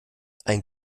ein